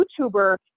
YouTuber